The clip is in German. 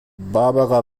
barbara